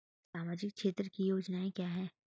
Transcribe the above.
सामाजिक क्षेत्र की योजनाएं क्या हैं?